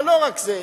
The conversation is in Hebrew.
אבל לא רק זה,